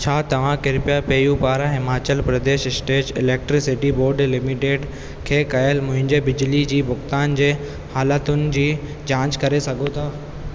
छा तव्हां कृपया पेयू पारां Himachal Pradesh state electricity board limited खे कयल मुंहिंजे बिजली जी भुगतानु जे हालतुनि जी जांच करे सघो था